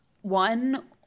One